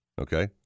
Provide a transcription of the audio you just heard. Okay